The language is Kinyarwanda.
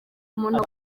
umuntu